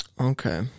Okay